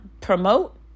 promote